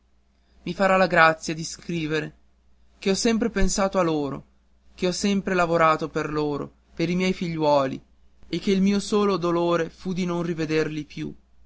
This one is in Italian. i farà la grazia di scrivere che ho sempre pensato a loro che ho sempre lavorato per loro per i miei figliuoli e che il mio solo dolore fu di non rivederli più